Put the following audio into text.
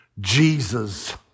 Jesus